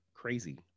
crazy